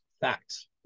Facts